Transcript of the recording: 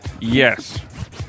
Yes